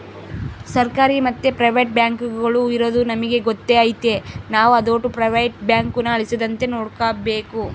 ಸರ್ಕಾರಿ ಮತ್ತೆ ಪ್ರೈವೇಟ್ ಬ್ಯಾಂಕುಗುಳು ಇರದು ನಮಿಗೆ ಗೊತ್ತೇ ಐತೆ ನಾವು ಅದೋಟು ಪ್ರೈವೇಟ್ ಬ್ಯಾಂಕುನ ಅಳಿಸದಂತೆ ನೋಡಿಕಾಬೇಕು